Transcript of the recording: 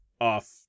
off